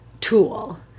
tool